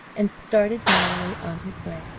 and started merrily on his way.